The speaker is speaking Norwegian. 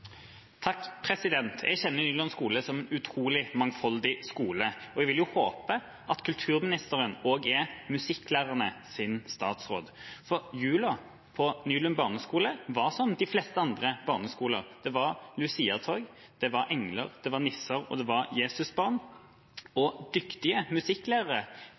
Jeg kjenner Nylund skole som en utrolig mangfoldig skole, og jeg vil jo håpe at kulturministeren også er musikklærernes statsråd. Jula på Nylund barneskole var som ved de fleste andre barneskoler, det var luciatog, det var engler, det var nisser, det var Jesusbarnet, og dyktige musikklærere